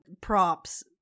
props